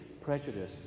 prejudice